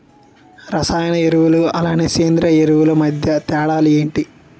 రసాయన ఎరువులు అలానే సేంద్రీయ ఎరువులు మధ్య తేడాలు ఏంటి?